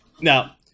Now